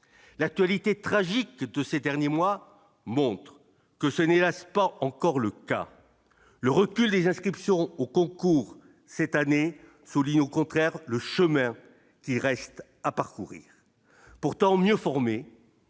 l'actualité tragique de ces derniers mois montre que ce n'est hélas pas encore le cas, le recul des inscriptions au concours cette année, souligne au contraire le chemin qui reste à parcourir, pourtant mieux formés,